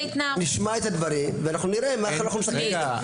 בסדר, נשמע את הדברים ונראה מה אנחנו מסכמים.